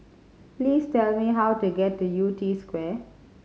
please tell me how to get to Yew Tee Square